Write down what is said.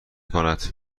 کند